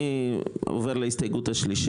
תמשיך.